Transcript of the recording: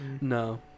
No